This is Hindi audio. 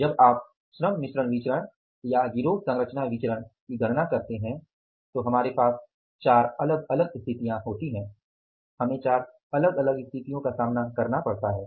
जब आप श्रम मिश्रण विचरण या गिरोह सरंचना विचरण की गणना करते हैं तो हमारे पास चार अलग अलग स्थितियों होती है हमें चार अलग अलग स्थितियों का सामना करना पड़ता है